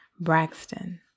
Braxton